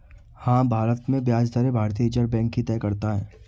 हाँ, भारत में ब्याज दरें भारतीय रिज़र्व बैंक ही तय करता है